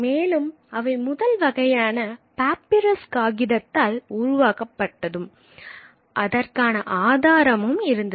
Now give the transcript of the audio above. மேலும் அவை முதல் வகையான பாப்பிரஸ் காகிதத்தால் உருவாக்கப்பட்டதும் அதற்கான ஆதாரமும் இருந்தது